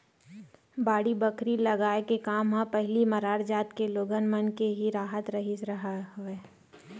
बाड़ी बखरी लगाए के काम ह पहिली मरार जात के लोगन मन के ही राहत रिहिस हवय